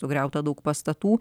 sugriauta daug pastatų